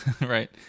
right